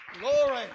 Glory